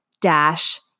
dash